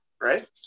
Right